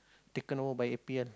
taken over by n_p_l